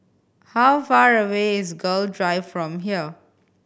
how far away is Gul Drive from here